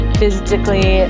physically